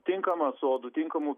tinkama sodų tinkamų